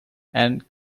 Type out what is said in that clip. and